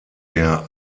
der